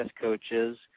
coaches